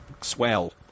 swell